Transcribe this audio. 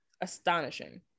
astonishing